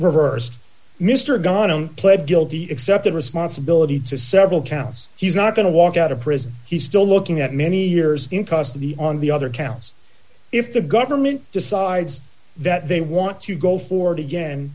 reversed mr gone pled guilty accepted responsibility to several counts he's not going to walk out of prison he still looking at many years in custody on the other counts if the government decides that they want to go forward again